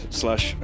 slash